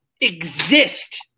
exist